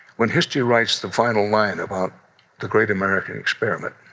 when history writes the final line about the great american experiment,